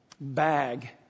bag